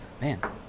man